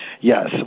Yes